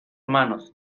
manos